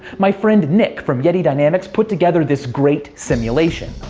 my friend nick from yeti dynamics put together this great simulation.